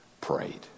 prayed